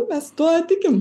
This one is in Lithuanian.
mes tuo tikim